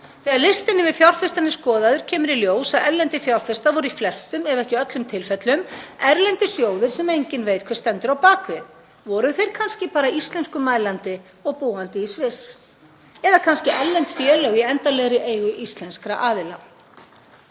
Þegar listinn yfir fjárfestana er skoðaður kemur í ljós að erlendir fjárfestar voru í flestum ef ekki öllum tilfellum erlendir sjóðir sem enginn veit hver stendur á bak við. Voru þeir kannski bara íslenskumælandi og búandi í Sviss? Eða kannski erlend félög í endanlegri eigu íslenskra aðila?